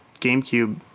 GameCube